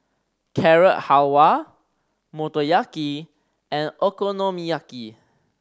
Carrot Halwa Motoyaki and Okonomiyaki